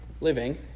living